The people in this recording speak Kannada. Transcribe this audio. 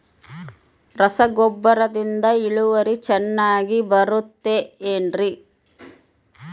ರಸಗೊಬ್ಬರದಿಂದ ಇಳುವರಿ ಚೆನ್ನಾಗಿ ಬರುತ್ತೆ ಏನ್ರಿ?